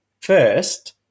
First